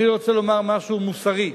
אני רוצה לומר משהו מוסרי.